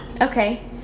Okay